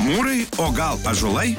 mūrai o gal ąžuolai